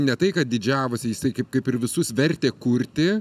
ne tai kad didžiavosi jisai kaip kaip ir visus vertė kurti